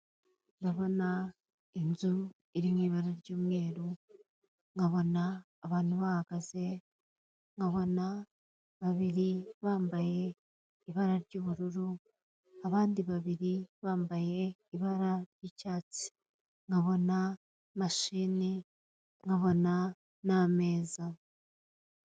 Ndabona inzu iri mu ibara ry'umweru nkabona abantu bahagaze, nkabona babiri bambaye ibara ry'ubururu, abandi babiri bambaye ibara ry'icyatsi, nkabona imashine nkabona n'ameza.